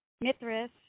Mithras